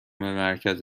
مرکز